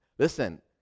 Listen